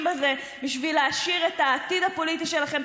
בזה בשביל להעשיר את העתיד הפוליטי שלכם,